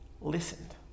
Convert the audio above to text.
listened